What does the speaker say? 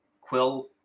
Quill